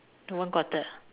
to one quarter